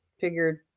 figured